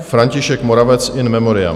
František Moravec, in memoriam.